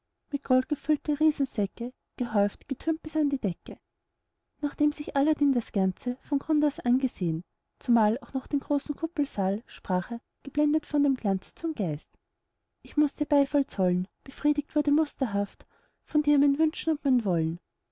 gold gefüllte riesensäcke gehäuft getürmt bis an die decke nachdem sich aladdin das ganze von grund aus angesehn zumal auch noch den großen kuppelsaal sprach er geblendet von dem glanze zum geist ich muß dir beifall zollen befriedigt wurde musterhaft von dir mein wünschen und mein wollen